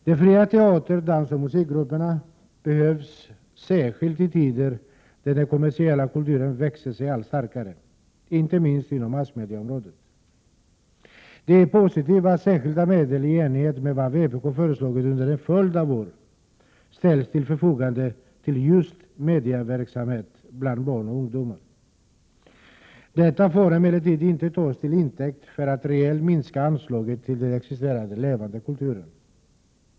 De fria teater-, dansoch musikgrupperna behövs särskilt i tider då den kommersiella kulturen växer sig allt starkare, inte minst inom massmediaområdet. Det är positivt att särskilda medel, i enlighet med vad vpk föreslagit under en följd av år, ställs till förfogande till just mediaverksamhet bland barn och ungdomar. Detta får emellertid inte tas till intäkt för att reellt minska anslagen till den existerande levande kulturen.